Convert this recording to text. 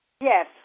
Yes